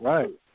Right